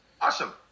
awesome